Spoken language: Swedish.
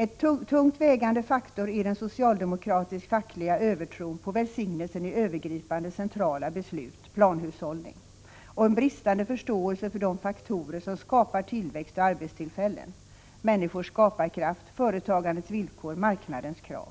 En tungt vägande faktor är en socialdemokratisk och facklig övertro på välsignelsen i övergripande centrala beslut — planhushållning — och en brist på förståelse för de faktorer som skapar tillväxt och arbetstillfällen — människors skaparkraft, företagandets villkor, marknadens krav.